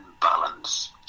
balance